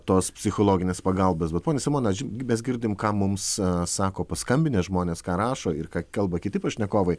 tos psichologinės pagalbos bet ponia simona mes girdim ką mums sako paskambinę žmonės ką rašo ir ką kalba kiti pašnekovai